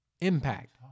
impact